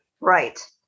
right